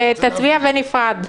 תצביע בנפרד.